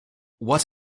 what